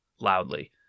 loudly